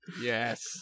Yes